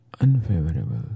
unfavorable